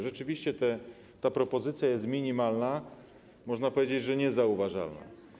Rzeczywiście ta propozycja jest minimalna, można powiedzieć: niezauważalna.